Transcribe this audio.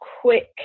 quick